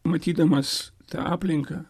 matydamas tą aplinką